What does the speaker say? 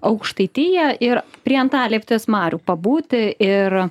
aukštaitiją ir prie antalieptės marių pabūti ir